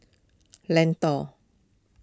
Lentor